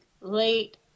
late